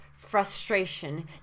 Frustration